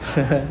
he he